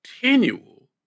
continual